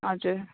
हजुर